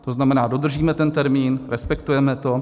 To znamená, dodržíme ten termín, respektujeme to.